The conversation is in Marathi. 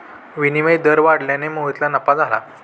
विनिमय दर वाढल्याने मोहितला नफा झाला